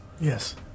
Yes